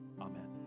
Amen